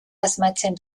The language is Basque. asmatzen